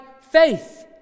faith